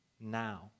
now